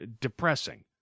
depressing